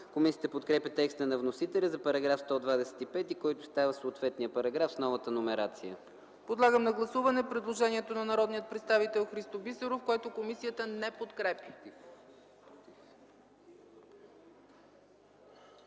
Комисията подкрепя текста на вносителя за § 125, който става съответния параграф с новата номерация. ПРЕДСЕДАТЕЛ ЦЕЦКА ЦАЧЕВА: Подлагам на гласуване предложение на народния представител Христо Бисеров, което комисията не подкрепя.